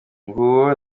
nguwo